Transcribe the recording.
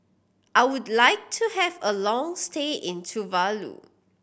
I would like to have a long stay in Tuvalu